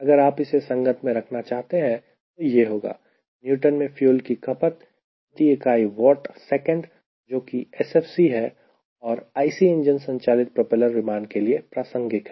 अगर आप इसे संगत में रखना चाहते हैं तो यह होगा Newton में फ्यूल की खपत प्रति इकाई watt second जोकि SFC है और IC इंजन संचालित प्रोपेलर विमान के लिए प्रासंगिक है